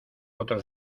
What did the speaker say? otro